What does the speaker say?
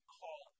call